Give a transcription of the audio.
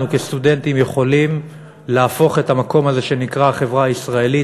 כסטודנטים יכולים להפוך את המקום הזה שנקרא החברה הישראלית,